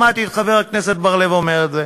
שמעתי את חבר הכנסת בר-לב אומר את זה.